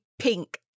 pink